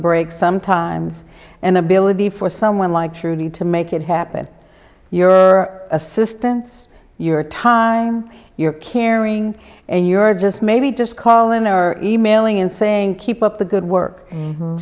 break sometimes an ability for someone like truly to make it happen your assistance your time your caring and your just maybe just calling or emailing and saying keep up the good work